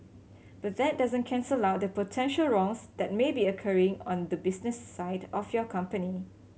but that doesn't cancel out the potential wrongs that may be occurring on the business side of your company